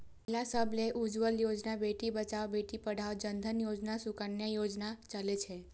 महिला सभ लेल उज्ज्वला योजना, बेटी बचाओ बेटी पढ़ाओ, जन धन योजना, सुकन्या योजना चलै छै